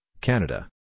Canada